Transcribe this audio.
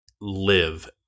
live